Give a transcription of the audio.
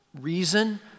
reason